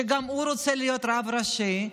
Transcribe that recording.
שרוצה גם הוא להיות רב ראשי,